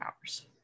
hours